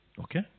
Okay